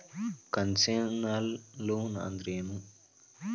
Concessional loan ಅಂದ್ರೇನು?